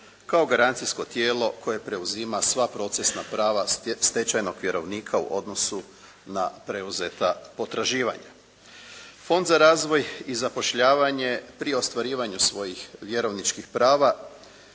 kao garancijsko tijelo koje preuzima sva procesna prava stečajnog vjerovnika u odnosu na preuzeta potraživanja. Fond za razvoj i zapošljavanje pri ostvarivanju svojih vjerovničkih prava,